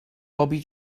bobi